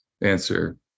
answer